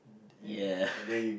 ya